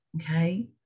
okay